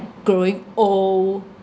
growing old